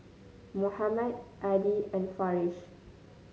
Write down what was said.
Muhammad Adi and Farish